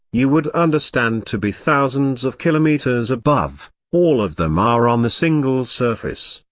you would understand to be thousands of kilometers above all of them are on the single surface,